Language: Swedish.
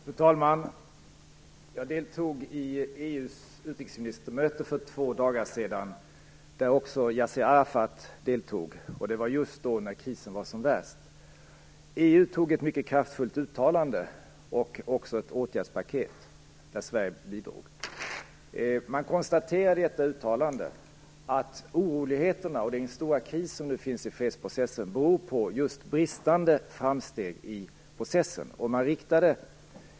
Fru talman! Jag deltog i EU:s utrikesministermöte för två dagar sedan, där också Yasir Arafat deltog. Det var just då krisen var som värst. EU antog ett mycket kraftfullt uttalande, och också ett åtgärdspaket, där Sverige bidrog. Man konstaterade i detta uttalande att oroligheterna och den stora kris som nu finns i fredsprocessen beror på just bristande framsteg i processen.